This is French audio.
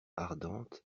ardente